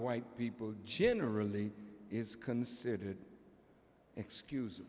white people generally is considered excuse